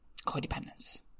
codependence